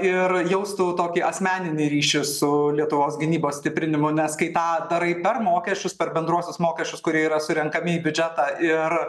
ir jaustų tokį asmeninį ryšį su lietuvos gynybos stiprinimu nes kai tą darai per mokesčius per bendruosius mokesčius kurie yra surenkami į biudžetą ir